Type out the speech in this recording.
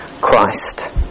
Christ